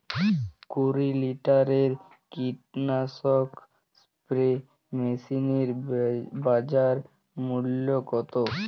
কুরি লিটারের কীটনাশক স্প্রে মেশিনের বাজার মূল্য কতো?